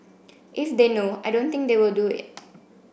if they know I don't think they will do it